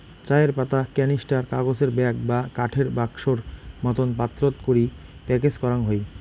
চায়ের পাতা ক্যানিস্টার, কাগজের ব্যাগ বা কাঠের বাক্সোর মতন পাত্রত করি প্যাকেজ করাং হই